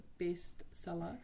bestseller